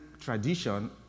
tradition